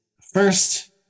first